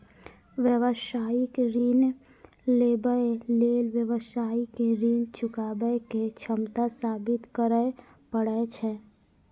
व्यावसायिक ऋण लेबय लेल व्यवसायी कें ऋण चुकाबै के क्षमता साबित करय पड़ै छै